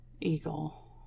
eagle